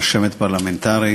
תודה, רשמת פרלמנטרית,